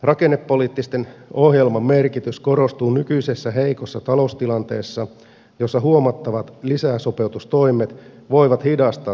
rakennepoliittisen ohjelman merkitys korostuu nykyisessä heikossa taloustilanteessa jossa huomattavat lisäsopeutustoimet voivat hidastaa talouskasvua